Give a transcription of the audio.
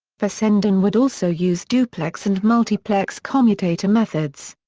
fessenden would also use duplex and multiplex commutator methods.